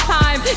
time